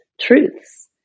truths